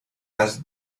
las